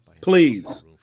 Please